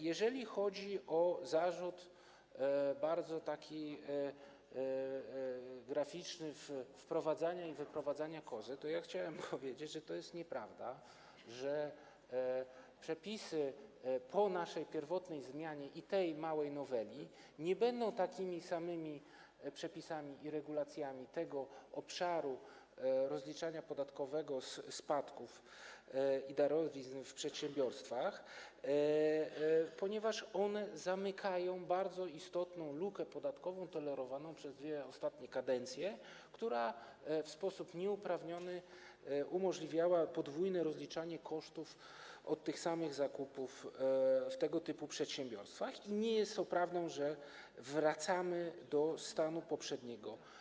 Jeżeli chodzi o zarzut - taki bardzo graficzny - wprowadzania i wyprowadzania kozy, to chciałbym powiedzieć, że to jest nieprawda, że przepisy po naszej pierwotnej zmianie i tej małej noweli nie będą takimi samymi przepisami i regulacjami tego obszaru rozliczania podatkowego spadków i darowizn w przedsiębiorstwach, ponieważ one zamykają bardzo istotną lukę podatkową tolerowaną przez dwie ostatnie kadencje, która w sposób nieuprawniony umożliwiała podwójne rozliczanie kosztów od tych samych zakupów w tego typu przedsiębiorstwach, i nie jest prawdą to, że wracamy do stanu poprzedniego.